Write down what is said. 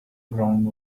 ground